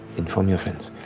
inform your friends.